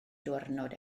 diwrnod